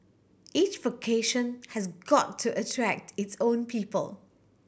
each vocation has got to attract its own people